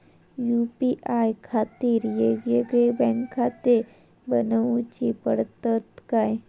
UPI खातीर येगयेगळे बँकखाते बनऊची पडतात काय?